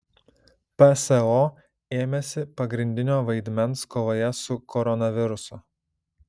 pso ėmėsi pagrindinio vaidmens kovoje su koronavirusu